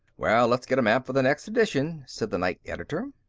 well, let's get a map for the next edition, said the night editor.